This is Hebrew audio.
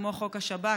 כמו חוק השב"כ,